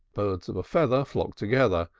birds of a feather flock together,